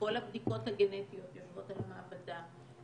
כל הבדיקות הגנטיות יושבות על המעבדה.